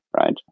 right